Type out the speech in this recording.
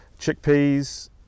chickpeas